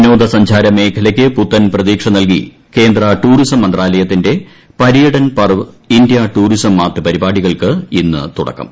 വിനോദസഞ്ചാര മേഖലക്ക് പുത്തൻ പ്രതീക്ഷ നൽകി കേന്ദ്രടൂറിസം മന്ത്രാലയത്തിന്റെ Paryatan Parv India tourism mart പരിപാടികൾക്ക് ഇന്ന് തുടക്കം